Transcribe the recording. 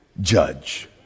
judge